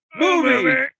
movie